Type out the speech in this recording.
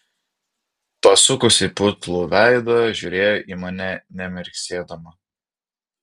pasukusi putlų veidą žiūrėjo į mane nemirksėdama